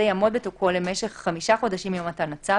יעמוד בתוקפו למשך חמישה חודשים מיום מתן הצו,